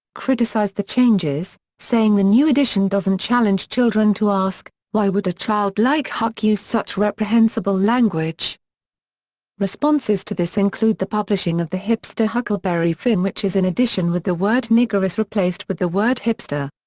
criticized the changes, saying the new edition doesn't challenge children to ask, why would a child like huck use such reprehensible language responses to this include the publishing of the hipster huckleberry finn which is an edition with the word nigger is replaced with the word hipster.